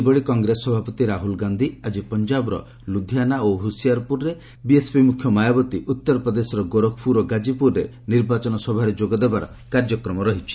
ସେହିଭଳି କଂଗ୍ରେସ ସଭାପତି ରାହୁଲ ଗାନ୍ଧି ଆକି ପଞ୍ଜାବର ଲୁଧିଆନା ଓ ହୁସିଆରପୁରରେ ବିଏସ୍ପି ମୁଖ୍ୟ ମାୟାବତୀ ଉତ୍ତରପ୍ରଦେଶର ଗୋରଖପୁର ଓ ଗାଜିପୁରରେ ନିର୍ବାଚନ ସଭାରେ ଯୋଗ ଦେବାର କାର୍ଯ୍ୟକ୍ରମ ରହିଛି